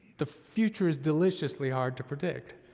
the future is deliciously hard to predict,